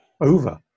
over